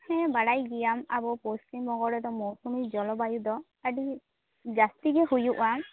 ᱦᱮᱸ ᱵᱟᱲᱟᱭ ᱜᱮᱭᱟᱢ ᱟᱵᱚ ᱯᱚᱥᱪᱤᱢ ᱵᱚᱝᱜᱚ ᱨᱮᱫᱚ ᱢᱳᱣᱥᱩᱢᱤ ᱡᱚᱞᱚᱵᱟᱭᱩ ᱫᱚ ᱟᱹᱰᱤ ᱡᱟᱹᱥᱛᱤ ᱜᱮ ᱦᱩᱭᱩᱜᱼᱟᱱ